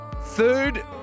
third